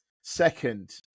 second